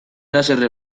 haserre